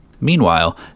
Meanwhile